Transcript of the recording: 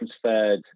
transferred